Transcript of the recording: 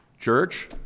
Church